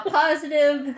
positive